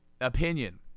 Opinion